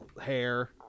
hair